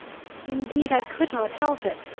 indeed i could not help it!